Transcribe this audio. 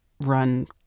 run